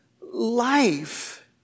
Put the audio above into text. life